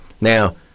Now